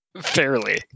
Fairly